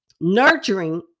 nurturing